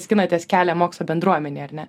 skinatės kelią mokslo bendruomenėje ar ne